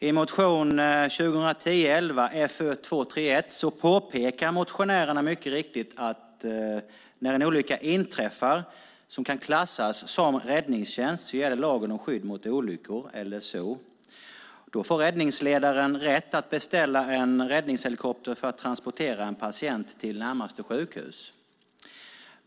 I motion 2010/11:Fö231 påpekar motionärerna mycket riktigt att när en olycka inträffar som kan klassas som räddningstjänst gäller lagen om skydd mot olyckor, LSO. Då får räddningsledaren rätt att beställa en räddningshelikopter för att transportera en patient till närmaste sjukhus.